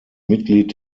mitglied